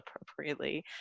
appropriately